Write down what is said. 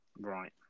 Right